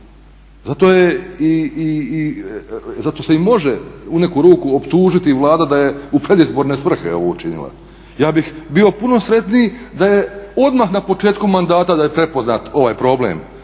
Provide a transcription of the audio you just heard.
Zato se i može u neku ruku optužiti Vlada da je u predizborne svrhe ovo činila. Ja bih bio puno sretniji da je odmah na početku mandata prepoznat ovaj problem